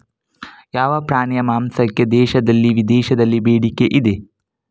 ಯಾವ ಪ್ರಾಣಿಯ ಮಾಂಸಕ್ಕೆ ದೇಶದಲ್ಲಿ ವಿದೇಶದಲ್ಲಿ ಬೇಡಿಕೆ ಇದೆ?